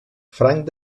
franc